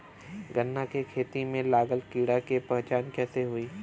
गन्ना के खेती में लागल कीड़ा के पहचान कैसे होयी?